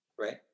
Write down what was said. Right